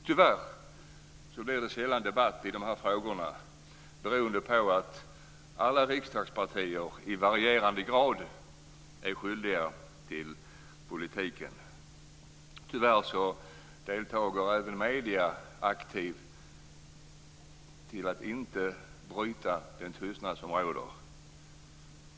Tyvärr blir det sedan debatt i dessa frågor beroende på att alla riksdagspartier i varierande grad är skyldiga till den förda politiken. Tyvärr deltar även medierna aktivt till att inte bryta den tystnad som råder.